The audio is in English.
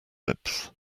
lips